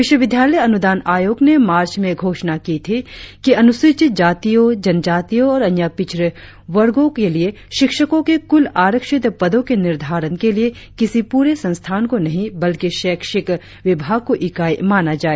विश्वविद्यालय अनुदान आयोग ने मार्च में घोषणा की थी कि अनुसूचित जातियों जनजातियों और अन्य पिछड़े वर्गों के लिए शिक्षको के कुल आरक्षित पदों के निर्धारण के लिए किसी पूरे संस्थान को नहीं बल्कि शैक्षिक विभाग को इकाई माना जाए